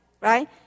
right